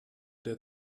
der